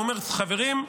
הוא אומר: חברים,